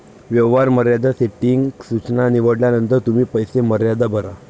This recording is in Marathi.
व्यवहार मर्यादा सेटिंग सूचना निवडल्यानंतर तुम्ही पैसे मर्यादा भरा